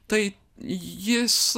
tai jis